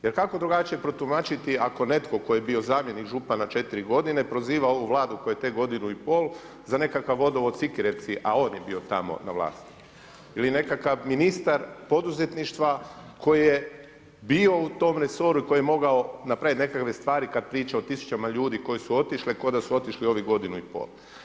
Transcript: Jer kako drugačije protumačiti ako netko tko je bio zamjenik župana četiri godine proziva ovu Vladu koja je tek godinu i pol za nekakav vodovod Sikirevci, a on je bio tamo na vlasti ili nekakav ministar poduzetništva koji je bio u tom resoru i koji je mogao napraviti neke stvari kada priča o tisućama ljudi koji su otišli ko da su otišli u ovih godinu i pol.